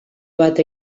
bat